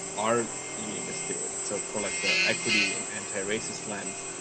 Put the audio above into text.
are leading us through it and so for like the equity and antiracist lens,